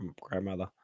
grandmother